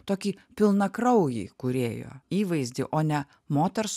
tokį pilnakraujį kūrėjo įvaizdį o ne moters